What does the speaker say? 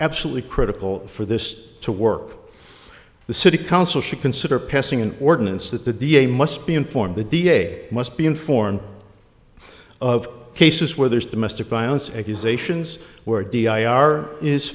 absolutely critical for this to work the city council should consider passing an ordinance that the d a must be informed the d a must be informed of cases where there's domestic violence accusations where d i r is